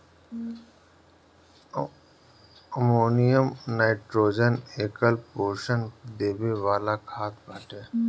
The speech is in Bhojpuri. अमोनियम नाइट्रोजन एकल पोषण देवे वाला खाद बाटे